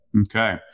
Okay